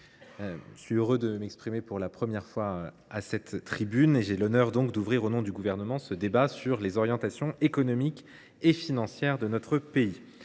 je suis heureux de m’exprimer pour la première fois à cette tribune et d’avoir l’honneur d’ouvrir, au nom du Gouvernement, le débat sur les orientations économiques et financières de notre pays.